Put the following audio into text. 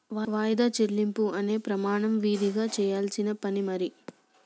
వాయిదా చెల్లింపు అనే ప్రమాణం విదిగా చెయ్యాల్సిన పని మరి